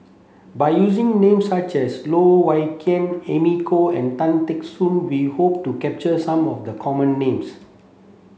by using names such as Loh Wai Kiew Amy Khor and Tan Teck Soon we hope to capture some of the common names